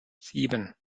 sieben